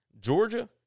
Georgia